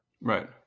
Right